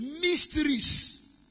mysteries